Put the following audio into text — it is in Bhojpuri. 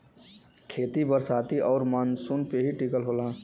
खेती बरसात आउर मानसून पे ही टिकल होला